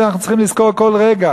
ואת זה אנחנו צריכים לזכור כל רגע.